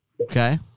Okay